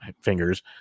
fingers